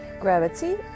gravity